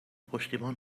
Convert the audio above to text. پشتیبان